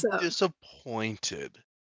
disappointed